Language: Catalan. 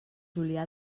julià